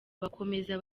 bakomeza